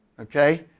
okay